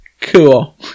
cool